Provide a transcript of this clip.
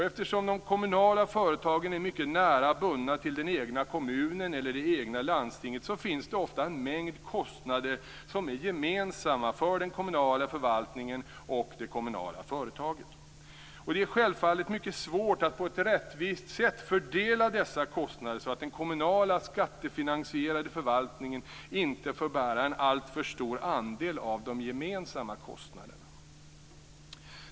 Eftersom de kommunala företagen är mycket nära bundna till den egna kommunen eller det egna landstinget, finns det ofta en mängd kostnader som är gemensamma för den kommunala förvaltningen och det kommunala företaget. Det är självfallet mycket svårt att på ett rättvist sätt fördela dessa kostnader så att den kommunala, skattefinansierade, förvaltningen inte får bära en alltför stor andel av de gemensamma kostnaderna.